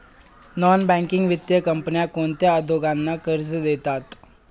Non banking वित्तीय कंपन्या कोणत्या उद्योगांना कर्ज देतात?